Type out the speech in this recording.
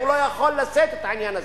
הוא לא יכול לשאת את העניין הזה.